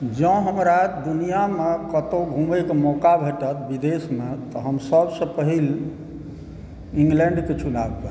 जँ हमरा दुनियामे कतहु घुमयके मौका भेटत विदेशमे तऽ हम सबसए पहिल इंग्लैण्डके चुनाव करब